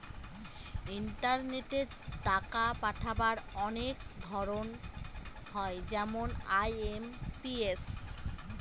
ইন্টারনেটে টাকা পাঠাবার অনেক ধরন হয় যেমন আই.এম.পি.এস